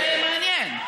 זה מעניין.